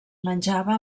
menjava